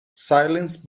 silence